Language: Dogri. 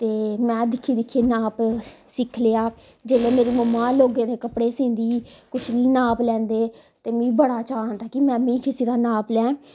ते में नाप दिक्खी दिक्खियै नाप सिक्खी लेया जेल्लै मेरी मम्मा लोगें दे कपड़े सींदी ही कुछ नाप लैंदे ते मिगी बड़ा चाह् आंदा की मैंमी किसे दा नाप लैं